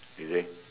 you see